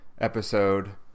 episode